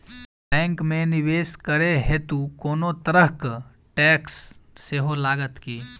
Bank मे निवेश करै हेतु कोनो तरहक टैक्स सेहो लागत की?